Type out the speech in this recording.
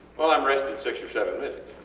well im resting six or seven minutes